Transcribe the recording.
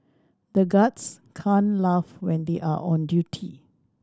the guards can't laugh when they are on duty